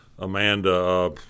Amanda